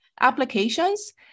applications